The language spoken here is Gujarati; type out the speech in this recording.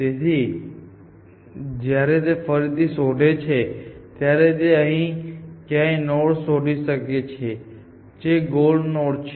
તેથી જ્યારે તે ફરીથી શોધે છે ત્યારે તે અહીં ક્યાંક નોડ શોધી શકે છે જે ગોલ નોડ છે